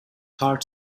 heart